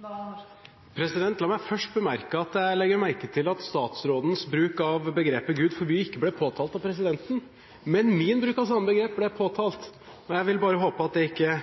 La meg først bemerke at jeg legger merke til at statsrådens bruk av begrepet «Gud forby» ikke ble påtalt av presidenten, men at min bruk av samme begrep ble påtalt. Jeg håper at dette ikke